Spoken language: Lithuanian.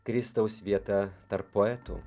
kristaus vieta tarp poetų